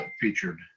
featured